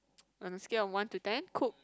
on a scale of one to ten cook